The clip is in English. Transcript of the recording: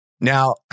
Now